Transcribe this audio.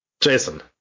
Jason